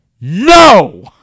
No